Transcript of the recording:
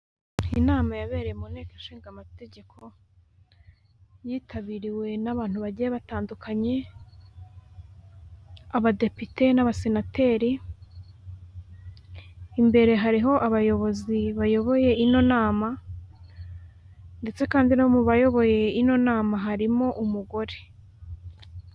Inama yabereye mu Nteko inshingamategeko, yitabiriwiwe n'abantu bagiye batandukanye: abadepite, n'abasenateri. Imbere hariho abayobozi bayoboye ino nama, ndetse kandi no mu bayoboye ino nama harimo umugore.